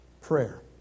Prayer